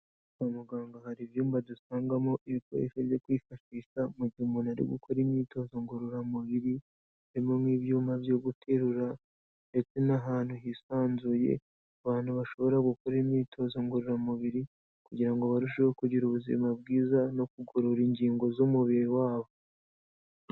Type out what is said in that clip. Kwa muganga hari ibyumba dusangamo ibikoresho byo kwifashisha mu gihe umuntu ari gukora imyitozo ngororamubiri, harimo nk'ibyuma byo guterura ndetse n'ahantu hisanzuye, abantu bashobora gukorera imyitozo ngororamubiri kugira ngo barusheho kugira ubuzima bwiza no kugorora ingingo z'umubiri wabo.